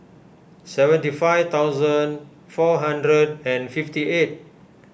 seventy five thousand four hundred and fifty eight